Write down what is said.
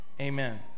amen